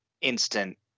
instant